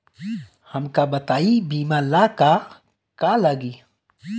हमका बताई बीमा ला का का लागी?